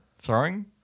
Throwing